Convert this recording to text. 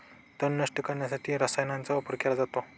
तण नष्ट करण्यासाठी रसायनांचा वापर केला जातो